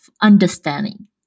understanding